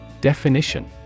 Definition